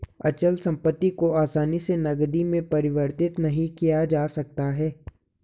अचल संपत्ति को आसानी से नगदी में परिवर्तित नहीं किया जा सकता है